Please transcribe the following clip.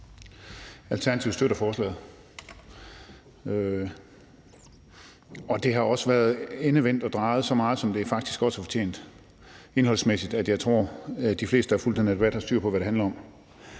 Alternativet støtter forslaget, og det har også været endevendt og drejet så meget, som det faktisk også har fortjent indholdsmæssigt, at jeg tror, at de fleste, der har fulgt den her debat, har styr på, hvad det handler om.